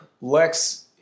Lex